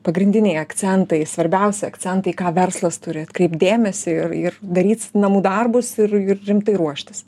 pagrindiniai akcentai svarbiausi akcentai ką verslas turi atkreipt dėmesį ir ir daryt namų darbus ir ir rimtai ruoštis